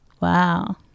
Wow